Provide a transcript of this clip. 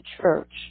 church